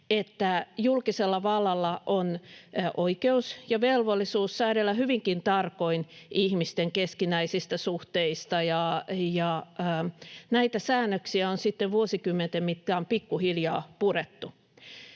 että julkisella vallalla on oikeus ja velvollisuus säädellä hyvinkin tarkoin ihmisten keskinäisistä suhteista, ja näitä säännöksiä on sitten vuosikymmenten mittaan pikkuhiljaa purettu.